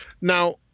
Now